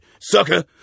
Sucker